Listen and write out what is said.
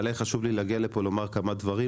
אבל היה לי חשוב להגיע לפה ולומר כמה דברים